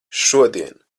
šodien